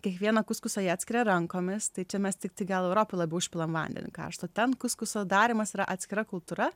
kiekvieną kuskusą jie atskiria rankomis tai čia mes tiktai gal europoj labiau užpilam vandeniu karštu ten kuskuso darymas yra atskira kultūra